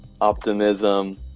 optimism